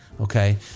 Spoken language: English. okay